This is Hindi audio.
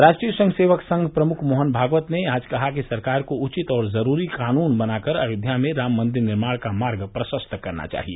राष्ट्रीय स्वयंसेवक संघ प्रमुख मोहन भागवत ने आज कहा कि सरकार को उचित और जरूरी कानून बनाकर अयोध्या में राम मंदिर निर्माण का मार्ग प्रशस्त करना चाहिए